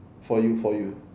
for you for you